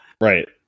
right